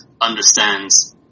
understands